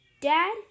Dad